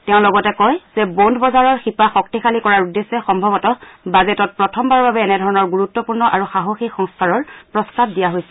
তেওঁ লগতে কয় যে বণ্ড বজাৰৰ শিপা শক্তিশালী কৰাৰ উদ্দেশ্যে সম্ভৱত বাজেটত প্ৰথমবাৰৰ বাবে এনেধৰণৰ গুৰুত্পূৰ্ণ আৰু সাহসী সংস্কাৰৰ প্ৰস্তাৱ দিয়া হৈছে